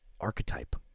archetype